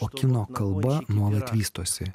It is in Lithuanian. o kino kalba nuolat vystosi